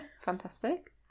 fantastic